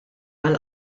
għal